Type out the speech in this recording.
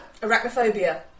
Arachnophobia